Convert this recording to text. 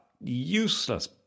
useless